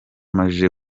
amaze